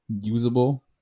usable